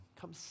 come